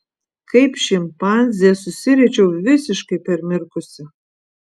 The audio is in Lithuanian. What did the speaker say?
kaip šimpanzė susiriečiau visiškai permirkusi